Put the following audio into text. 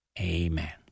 amen